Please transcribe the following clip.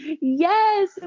yes